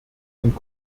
und